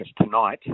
tonight